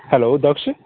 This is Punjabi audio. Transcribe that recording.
ਹੈਲੋ ਦਕਸ਼